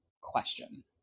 question